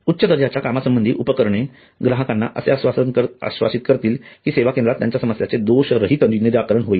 उच्च दर्जाची कामासंबंधीची उपकरणे ग्राहकांना असे आश्वासित करतील कि सेवाकेंद्रात त्यांच्या समस्यांचे दोषरहित निराकरण होईल